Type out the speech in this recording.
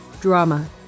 Drama